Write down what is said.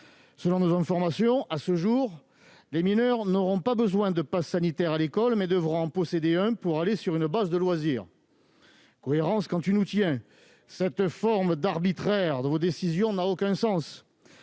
Selon nos informations, à ce jour, les mineurs n'auront pas besoin de passe sanitaire à l'école, mais devront en posséder un pour aller sur une base de loisirs. Cohérence, quand tu nous tiens ... Cette forme d'arbitraire dans vos décisions n'a aucun sens.